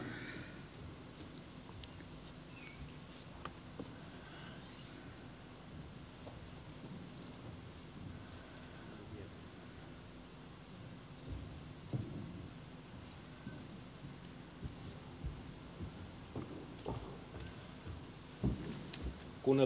kunnioitettu puhemies